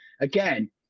again